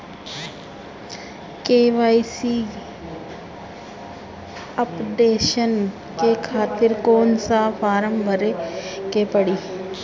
KYC updation के खातिर कौन सा फारम भरे के पड़ी?